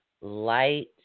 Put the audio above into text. light